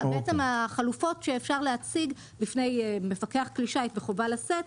בעצם החלופות שאפשר להציג בפני מפקח כלי שיט או שוטר וחובה לשאת,